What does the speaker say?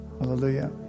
Hallelujah